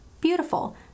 beautiful